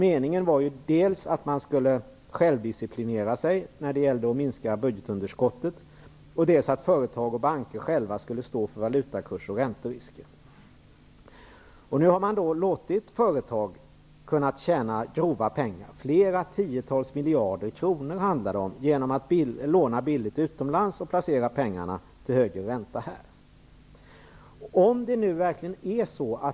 Meningen var dels att självdisciplinera sig i fråga om att minska budgetunderskottet, dels att företag och banker själva skulle stå för valutakurs och ränterisker. Nu har företag kunnat tjäna grova pengar genom att låna billigt utomlands och placera pengarna till högre ränta här. Det handlar om flera tiotals miljarder kronor.